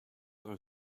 are